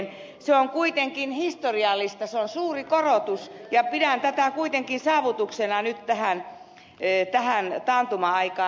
se on kuitenkin historiallista se on suuri korotus ja pidän tätä kuitenkin saavutuksena nyt tähän taantuma aikaan